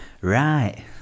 Right